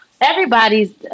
Everybody's